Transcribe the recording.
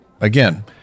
again